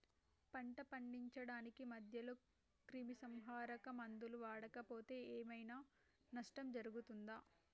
పంట పండించడానికి మధ్యలో క్రిమిసంహరక మందులు వాడకపోతే ఏం ఐనా నష్టం జరుగుతదా?